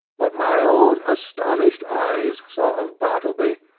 what my own astonished eyes saw of bartleby,